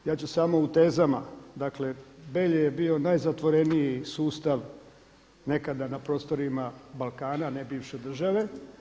Ja ću samo u tezama, dakle, Belje je bio jedan najzatvoreniji sustav nekada na prostorima Balkana, a ne bivše države.